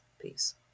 Peace